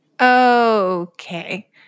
Okay